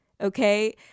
Okay